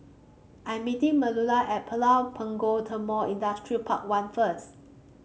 I'm meeting Manuela at Pulau Punggol Timor Industrial Park One first